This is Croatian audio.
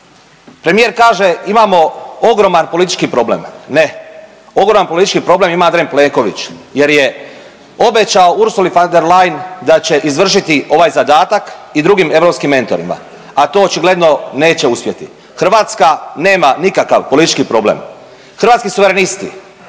Premijer kaže imamo ogroman politički problem, ne, ogroman politički problem ima Andrej Plenković jer je obećao Urusli von der Leyen da će izvršiti ovaj zadatak i drugim europskim mentorima, a to očigledno neće uspjeti, Hrvatska nema nikakav politički problem. Hrvatski suverenisti